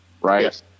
Right